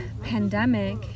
pandemic